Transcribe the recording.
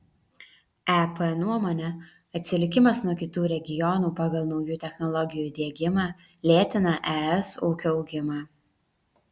ep nuomone atsilikimas nuo kitų regionų pagal naujų technologijų diegimą lėtina es ūkio augimą